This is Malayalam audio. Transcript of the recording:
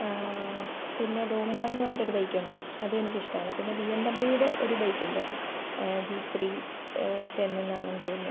പിന്നെ ഡോമിനാർ പറഞ്ഞിട്ടൊരു ബൈക്കുണ്ട് അത് എനിക്ക് ഇഷ്ടമാണ് പിന്നെ ബി എം ഡബ്ല്യുടെ ഒരു ബൈക്കുണ്ട് ജി ത്രീ ടെൻ എന്നു ആണെന്നു തോന്നുന്നു